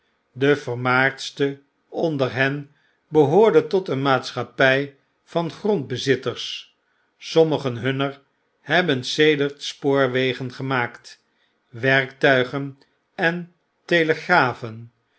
de vermaardste onder hen behoorde tot een maatschappy van grondbezitters somriiigen hunner hebben sedert spoorwegen gemaakt werktuigen en telegrafen